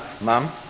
mum